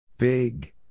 Big